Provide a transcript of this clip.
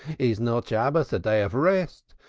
is not shabbos a day of rest,